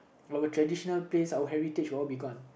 traditional taste our heritage all will be gone